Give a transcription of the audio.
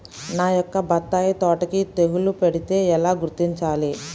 నా యొక్క బత్తాయి తోటకి తెగులు పడితే ఎలా గుర్తించాలి?